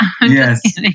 Yes